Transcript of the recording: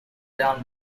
down